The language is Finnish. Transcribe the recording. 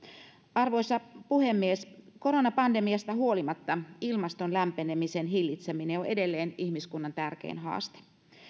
arvoisa puhemies koronapandemiasta huolimatta ilmaston lämpenemisen hillitseminen on edelleen ihmiskunnan tärkein haaste